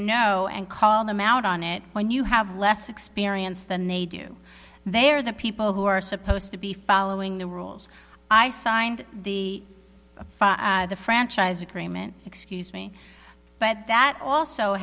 know and call them out on it when you have less experience than a do they are the people who are supposed to be following the rules i signed the the franchise agreement excuse me but that also